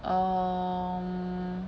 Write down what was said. um